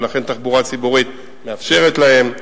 תחבורה ציבורית מאפשרת להן,